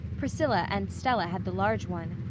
priscilla and stella had the large one.